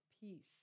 peace